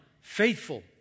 faithful